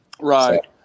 right